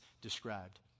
described